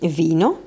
vino